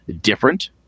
different